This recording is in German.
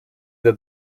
der